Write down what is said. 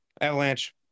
Avalanche